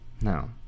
Now